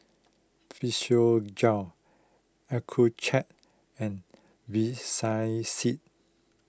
Physiogel Accucheck and